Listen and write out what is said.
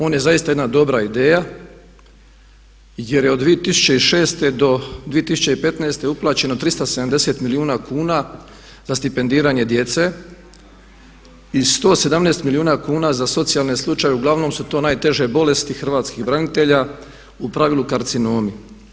On je zaista jedna dobra ideja, jer je od 2006. do 2015. uplaćeno 370 milijuna kuna za stipendiranje djece i 117 milijuna kuna za socijalne slučajeve, uglavnom su to najteže bolesti hrvatskih branitelja, u pravilu karcinomi.